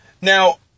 Now